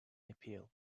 appeal